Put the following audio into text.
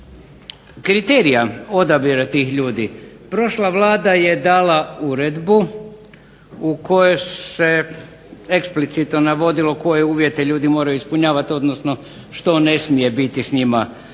kriterija odabira tih ljudi, prošla Vlada dala odredbu u kojoj se eksplicitno navodilo koje uvjete ljudi moraju ispunjavati odnosno što ne smije biti s njima.